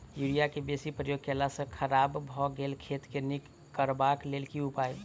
Urea केँ बेसी प्रयोग केला सऽ खराब भऽ गेल खेत केँ नीक करबाक लेल की उपाय?